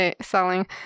selling